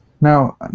Now